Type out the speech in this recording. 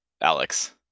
Alex